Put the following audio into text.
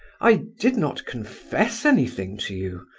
i did not confess anything to you,